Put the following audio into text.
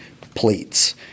plates